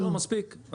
לא, מספיקה.